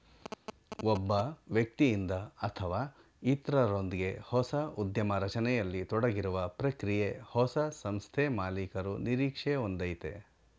ಒಬ್ಬ ವ್ಯಕ್ತಿಯಿಂದ ಅಥವಾ ಇತ್ರರೊಂದ್ಗೆ ಹೊಸ ಉದ್ಯಮ ರಚನೆಯಲ್ಲಿ ತೊಡಗಿರುವ ಪ್ರಕ್ರಿಯೆ ಹೊಸ ಸಂಸ್ಥೆಮಾಲೀಕರು ನಿರೀಕ್ಷೆ ಒಂದಯೈತೆ